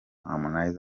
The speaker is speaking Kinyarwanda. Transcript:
harmonize